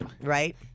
right